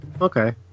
Okay